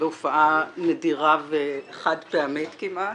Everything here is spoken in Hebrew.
בהופעה נדירה וחד פעמית כמעט,